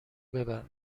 ببر